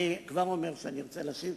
אני כבר אומר שארצה להשיב.